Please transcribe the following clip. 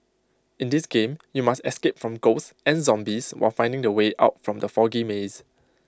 in this game you must escape from ghosts and zombies while finding the way out from the foggy maze